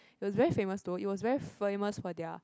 it was very famous though it was very famous for their